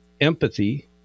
empathy